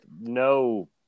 no